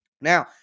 Now